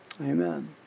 Amen